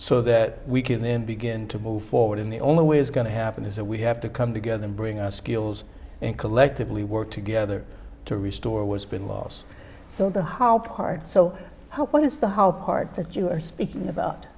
so that we can then begin to move forward in the only way is going to happen is that we have to come together bring our skills and collectively work together to restore was been lost so the how part so how what is the how part that you are speaking about